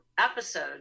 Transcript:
episode